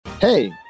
hey